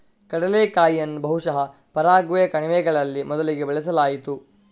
ಕಡಲೆಕಾಯಿಯನ್ನು ಬಹುಶಃ ಪರಾಗ್ವೆಯ ಕಣಿವೆಗಳಲ್ಲಿ ಮೊದಲಿಗೆ ಬೆಳೆಸಲಾಯಿತು